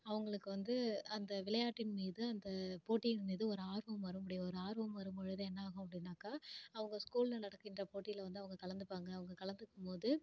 அவங்களுக்கு வந்து அந்த விளையாட்டின் மீது அந்த போட்டியின் மீது ஒரு ஆர்வம் வரும் அப்படி ஒரு ஆர்வம் வரும்பொழுது என்னாகும் அப்படின்னாக்கா அவங்க ஸ்கூல்ல நடக்கின்ற போட்டியில் வந்து அவங்க கலந்துப்பாங்கள் அவங்க கலந்துக்கும் போது